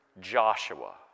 Joshua